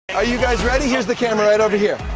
are you guys ready? here's the camera right over here.